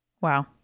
Wow